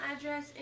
address